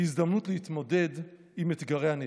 הזדמנות להתמודד עם אתגרי הנפש.